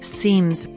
seems